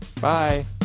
Bye